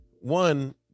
one